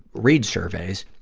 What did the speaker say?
read surveys.